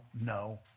no